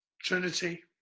Trinity